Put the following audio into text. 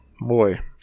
Boy